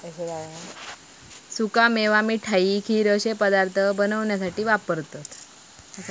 सुका मेवा मिठाई, खीर अश्ये पदार्थ बनवण्यासाठी वापरतत